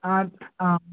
आं आं